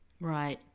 Right